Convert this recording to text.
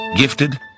Gifted